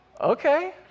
okay